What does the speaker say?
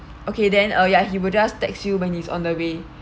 okay then uh ya he will just text you when he's on the way